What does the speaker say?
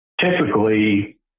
typically